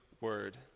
word